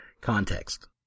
context